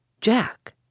Jack